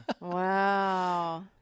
Wow